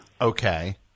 Okay